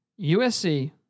USC